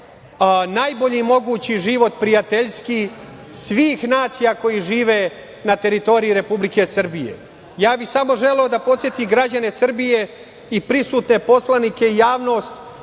najbolji mogući život prijateljski svih nacija koje žive na teritoriji Republike Srbije. Ja bih samo želeo da podsetim građane Srbije i prisutne poslanike i javnost